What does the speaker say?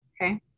Okay